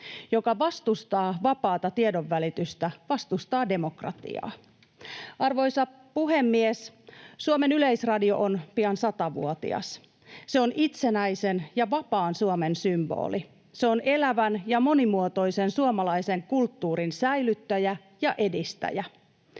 Joka vastustaa vapaata tiedonvälitystä, vastustaa demokratiaa. Arvoisa puhemies! Suomen Yleisradio on pian satavuotias. Se on itsenäisen ja vapaan Suomen symboli. Se on elävän ja monimuotoisen suomalaisen kulttuurin säilyttäjä ja edistäjä.